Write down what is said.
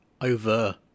over